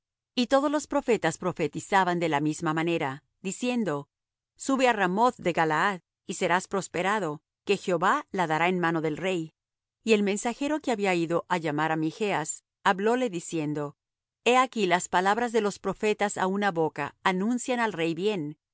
y todos los profetas profetizaban de la misma manera diciendo sube á ramoth de galaad y serás prosperado que jehová la dará en mano del rey y el mensajero que había ido á llamar á michas hablóle diciendo he aquí las palabras de los profetas á una boca anuncian al rey bien